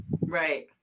right